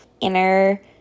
inner